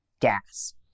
gas